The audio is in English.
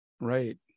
Right